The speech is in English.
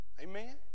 Amen